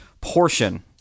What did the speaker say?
portion